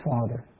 Father